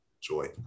joy